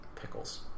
pickles